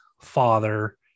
father